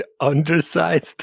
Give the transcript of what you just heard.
undersized